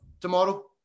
tomorrow